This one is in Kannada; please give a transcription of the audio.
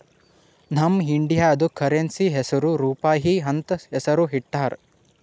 ನಮ್ ಇಂಡಿಯಾದು ಕರೆನ್ಸಿ ಹೆಸುರ್ ರೂಪಾಯಿ ಅಂತ್ ಹೆಸುರ್ ಇಟ್ಟಾರ್